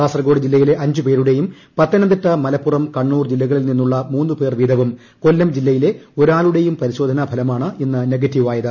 കാസർകോഡ് ജില്ലയിലെ അഞ്ചുപേരുടെയും പത്തനംതിട്ട മലപ്പുറം കണ്ണൂർ ജില്ലകളിൽ നിന്നുള്ള മൂന്ന് പേർ വീതവും കൊല്ലം ജില്ലയിലെ ഒരാളുടെയും പരിശോധന ഫലമാണ് ഇന്ന് നെഗറ്റീവ് ആയത്